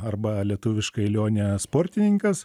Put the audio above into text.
arba lietuviškai lionė sportininkas